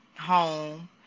home